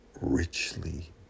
richly